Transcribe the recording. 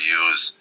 use